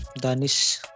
Danish